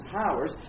powers